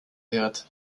wird